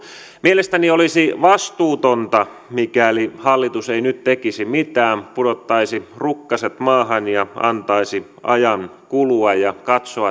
mielestäni olisi vastuutonta mikäli hallitus ei nyt tekisi mitään pudottaisi rukkaset maahan ja antaisi ajan kulua ja